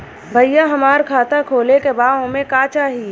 भईया हमार खाता खोले के बा ओमे का चाही?